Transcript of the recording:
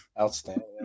Outstanding